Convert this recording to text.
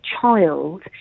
child